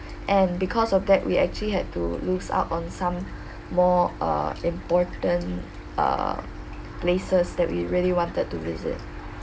and because of that we actually had to lose out on some more err important err places that we really wanted to visit